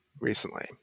recently